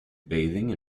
bathing